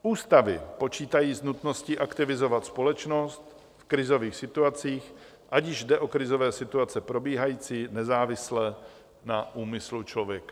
Ústavy počítají s nutností aktivizovat společnost v krizových situacích, ať již jde o krizové situace probíhající nezávisle na úmyslu člověka.